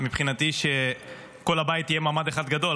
מבחינתי שכל הבית יהיה ממ"ד אחד גדול,